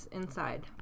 inside